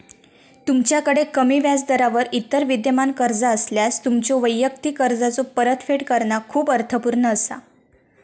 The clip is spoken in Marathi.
तुमच्याकड कमी व्याजदरावर इतर विद्यमान कर्जा असल्यास, तुमच्यो वैयक्तिक कर्जाचो परतफेड करणा खूप अर्थपूर्ण असा